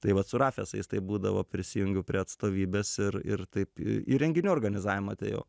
tai vat su rafesais tai būdavo prisijungiu prie atstovybės ir ir taip į į renginių organizavimą atėjau